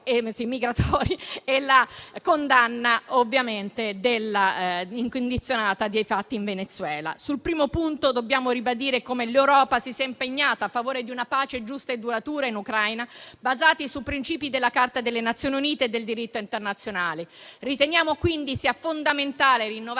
e la condanna incondizionata dei fatti in Venezuela. Sul primo punto dobbiamo ribadire come l'Europa si sia impegnata a favore di una pace giusta e duratura in Ucraina, basata sui principi della Carta delle Nazioni Unite e del diritto internazionale. Riteniamo sia fondamentale rinnovare